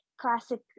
classic